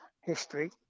history